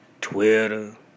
Twitter